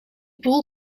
boel